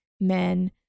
men